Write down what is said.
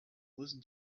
listen